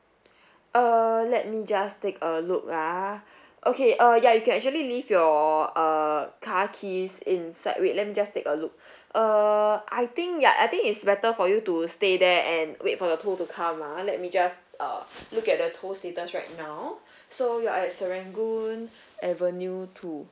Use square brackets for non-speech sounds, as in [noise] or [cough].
[breath] err let me just take a look lah okay uh ya you can actually leave your uh car keys inside wait let me just take a look [breath] uh I think ya I think it's better for you to stay there and wait for the tow to come ah let me just uh look at the tow status right now [breath] so you're at serangoon avenue two